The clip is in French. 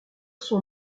son